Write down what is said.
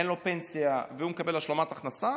אין לו פנסיה, הוא מקבל השלמת הכנסה,